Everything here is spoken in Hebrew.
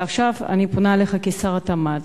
ועכשיו אני פונה אליך כשר התמ"ת.